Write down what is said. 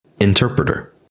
interpreter